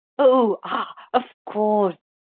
oh, ah, of course,